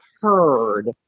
heard